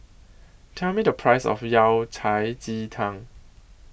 Tell Me The Price of Yao Cai Ji Tang